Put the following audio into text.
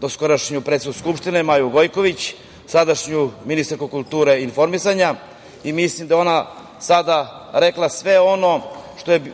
doskorašnju predsednicu Skupštine Maju Gojković, sadašnju ministarku kulture i informisanja. Mislim da je ona rekla sve ono